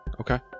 Okay